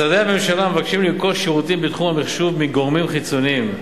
משרדי הממשלה מבקשים לרכוש שירותים בתחום המחשוב מגורמים חיצוניים,